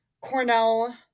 Cornell